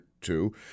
two